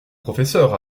professeurs